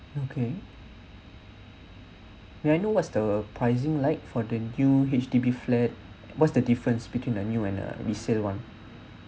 okay may I know what's the pricing like for the new H_D_ B flat what's the difference between the new and uh resale one